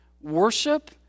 Worship